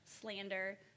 slander